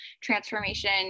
transformation